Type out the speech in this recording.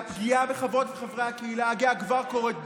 והפגיעה בחברות ובחברי הקהילה הגואה כבר קורית.